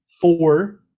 four